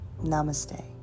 Namaste